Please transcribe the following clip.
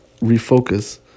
refocus